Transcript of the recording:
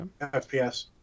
FPS